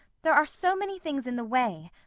there are so many things in the way.